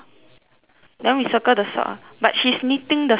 then we circle the sock ah but she's knitting the sock right